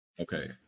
Okay